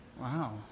Wow